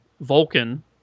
Vulcan